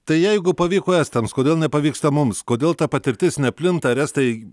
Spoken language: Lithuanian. tai jeigu pavyko estams kodėl nepavyksta mums kodėl ta patirtis neplinta ar estai